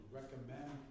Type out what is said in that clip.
recommend